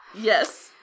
Yes